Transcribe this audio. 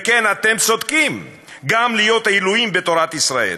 וכן, אתם צודקים, גם להיות עילויים בתורת ישראל.